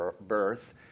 birth